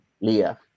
leah